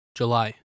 July